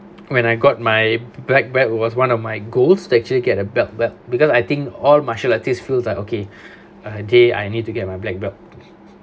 when I got my black belt was one of my goals to actually get a belt where because I think all martial artists feels like okay a day I need to get my black belt